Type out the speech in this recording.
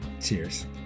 Cheers